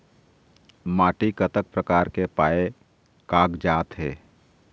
माटी कतक प्रकार के पाये कागजात हे?